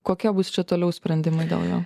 kokie bus čia toliau sprendimai dėl jo